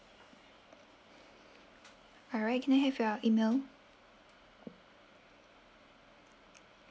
alright can I have your email